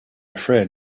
afraid